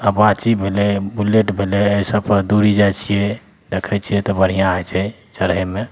Apache भेलै Bullet भेलै एहि सबपर दूरी जाइ छिए देखै छिए तऽ बढ़िआँ होइ छै चढ़ैमे